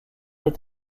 est